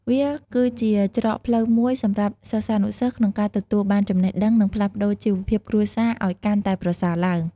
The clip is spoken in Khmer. វាគឺជាច្រកផ្លូវមួយសម្រាប់សិស្សានុសិស្សក្នុងការទទួលបានចំណេះដឹង និងផ្លាស់ប្តូរជីវភាពគ្រួសារឱ្យកាន់តែប្រសើរឡើង។